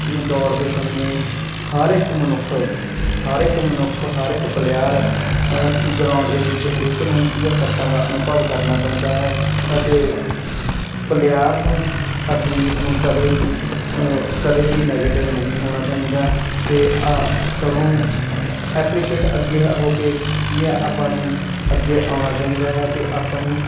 ਅ ਦੌੜਦੇ ਸਮੇਂ ਹਰ ਇੱਕ ਮਨੁੱਖ ਹਰ ਇੱਕ ਮਨੁੱਖ ਹਰ ਇੱਕ ਪਲਿਅਰ ਅ ਗਰਾਊਂਡ ਦੇ ਵਿੱਚ ਹਰੇਕ ਨੂੰ ਕੀ ਆ ਸੱਟਾਂ ਦਾ ਅਨੁਭਵ ਕਰਨਾ ਪੈਂਦਾ ਹੈ ਅਤੇ ਪਲਿਅਰ ਨੂੰ ਅਥਲੀਟ ਨੂੰ ਕਦੇ ਵੀ ਅ ਕਦੇ ਵੀ ਨੈਗੇਟਿਵ ਨਹੀਂ ਹੋਣਾ ਚਾਹੀਦਾ ਅਤੇ ਸਗੋਂ ਐਪਰੀਸ਼ੇਟ ਅੱਗੇ ਹੋ ਕੇ ਕੀ ਹੈ ਆਪਾਂ ਨੂੰ ਅੱਗੇ ਆਉਣਾ ਚਾਹੀਦਾ ਹੈ ਅਤੇ ਆਪਣੀ